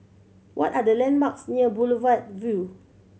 what are the landmarks near Boulevard Vue